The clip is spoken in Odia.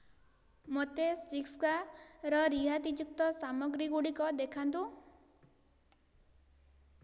ମୋତେ ସିସ୍କାର ରିହାତିଯୁକ୍ତ ସାମଗ୍ରୀଗୁଡ଼ିକ ଦେଖାନ୍ତୁ